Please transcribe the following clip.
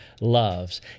loves